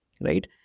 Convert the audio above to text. right